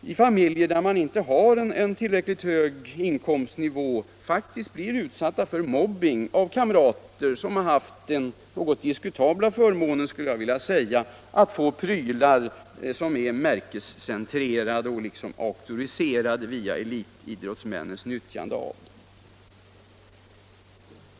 i familjer där man inte har en tillräckligt hög inkomstnivå faktiskt blir utsatta för mobbing av kamrater som har haft den något diskutabla förmånen att få prylar som är märkescentrerade och liksom auktoriserade via elitidrottsmännens nyttjande av dem.